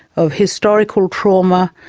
of historical trauma,